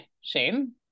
Shane